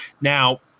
Now